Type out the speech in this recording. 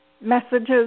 messages